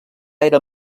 era